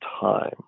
time